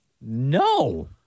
No